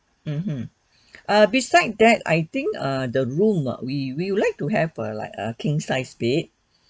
mmhmm err besides that I think err the room ah we we would like to have a like a king sized bed